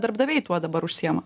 darbdaviai tuo dabar užsiima